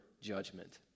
judgment